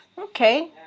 Okay